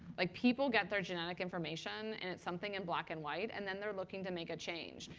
like people got their genetic information, and it's something in black and white. and then they're looking to make a change.